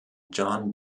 john